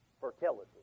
fertility